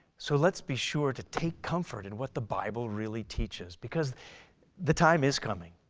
so let's be sure to take comfort in what the bible really teaches because the time is coming,